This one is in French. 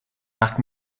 marc